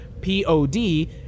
P-O-D